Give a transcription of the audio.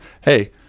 Hey